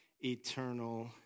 eternal